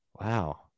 Wow